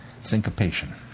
Syncopation